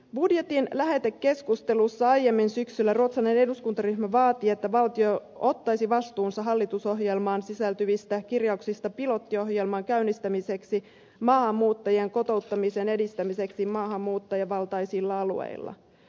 budjetin lähetekeskustelussa aiemmin syksyllä ruotsalainen eduskuntaryhmä vaati että valtio ottaisi vastuunsa hallitusohjelmaan sisältyvistä kirjauksista pilottiohjelman käynnistämiseksi maahanmuuttajien kotouttamisen edistämiseksi maahanmuuttajavaltaisilla alueilla